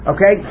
Okay